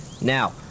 Now